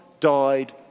died